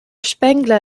spengler